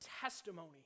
testimony